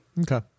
Okay